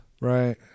Right